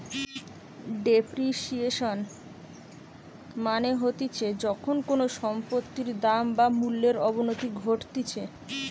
depreciation মানে হতিছে যখন কোনো সম্পত্তির দাম বা মূল্যর অবনতি ঘটতিছে